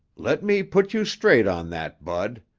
let me put you straight on that, bud.